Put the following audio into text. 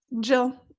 Jill